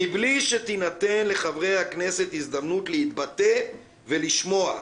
מבלי שתינתן לחברי הכנסת הזדמנות להתבטא ולשמוע,